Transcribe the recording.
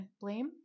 blame